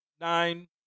nine